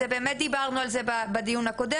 באמת דיברנו על העניין הזה בדיון הקודם